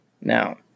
Now